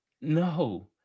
no